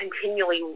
continually